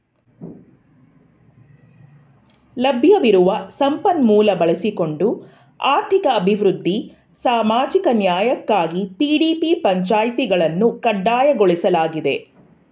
ಲಭ್ಯವಿರುವ ಸಂಪನ್ಮೂಲ ಬಳಸಿಕೊಂಡು ಆರ್ಥಿಕ ಅಭಿವೃದ್ಧಿ ಸಾಮಾಜಿಕ ನ್ಯಾಯಕ್ಕಾಗಿ ಪಿ.ಡಿ.ಪಿ ಪಂಚಾಯಿತಿಗಳನ್ನು ಕಡ್ಡಾಯಗೊಳಿಸಲಾಗಿದೆ